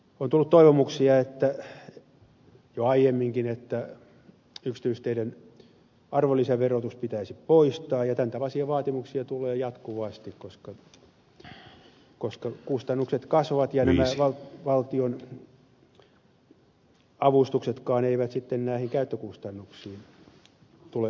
on tullut toivomuksia jo aiemminkin että yksityisteiden arvonlisäverotus pitäisi poistaa ja tämän tapaisia vaatimuksia tulee jatkuvasti koska kustannukset kasvavat ja nämä valtionavustuksetkaan eivät sitten näihin käyttökustannuksiin tule avuksi